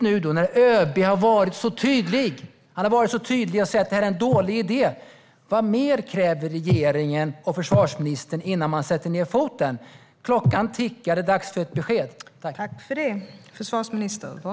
När ÖB har varit så tydlig och sagt att detta är en dålig idé, vad mer kräver regeringen och försvarsministern innan man sätter ned foten? Klockan tickar, och det är dags för ett besked.